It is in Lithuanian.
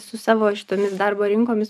su savo šitomis darbo rinkomis